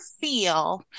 feel